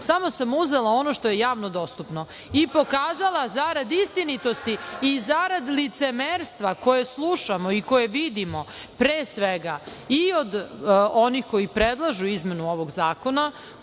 sam samo uzela ono što je javno dostupno i pokazala zarad istinitosti i zarad licemerstva koje slušamo i koje vidimo, pre svega, i od onih koji predlažu izmenu ovog zakona,